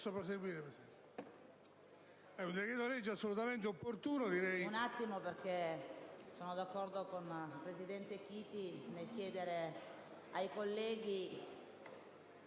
Un attimo, perché sono d'accordo con il vice presidente Chiti nel chiedere ai colleghi,